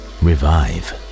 revive